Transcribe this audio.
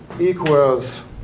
equals